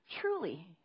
truly